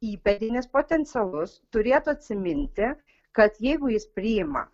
įpėdinis potencialus turėtų atsiminti kad jeigu jis priima